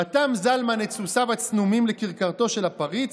רתם זלמן את סוסיו הצנומים לכרכרתו של הפריץ,